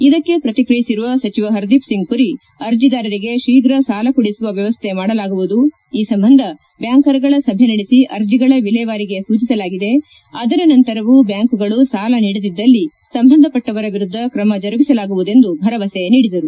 ಇದಕ್ಕೆ ಪ್ರತಿಕ್ರಿಯಿಸಿರುವ ಸಚಿವ ಹರ್ದೀಪ್ ಸಿಂಗ್ ಪುರಿ ಅರ್ಜಿದಾರರಿಗೆ ಶೀಫ್ರ ಸಾಲ ಕೊಡಿಸುವ ವ್ಯವಸ್ಥೆ ಮಾಡಲಾಗುವುದು ಈ ಸಂಬಂಧ ಬ್ಯಾಂಕರ್ಗಳ ಸಭೆ ನಡೆಸಿ ಅರ್ಜಿಗಳ ವಿಲೇವಾರಿಗೆ ಸೂಚಿಸಲಾಗಿದೆ ಅದರ ನಂತರವೂ ಬ್ಯಾಂಕುಗಳು ಸಾಲ ನೀಡದಿದ್ದಲ್ಲಿ ಸಂಬಂಧಪಟ್ಟವರ ವಿರುದ್ದ ಕ್ರಮ ಜರುಗಿಸಲಾಗುವುದೆಂದು ಭರವಸೆ ನೀಡಿದರು